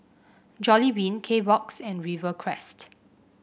Jollibean Kbox and Rivercrest